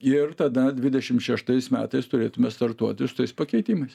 ir tada dvidešim šeštais metais turėtumėme startuoti su tais pakeitimais